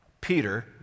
Peter